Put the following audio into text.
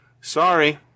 Sorry